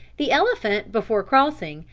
the elephant, before crossing,